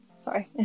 Sorry